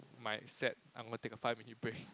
my set I'm gonna take a five minute break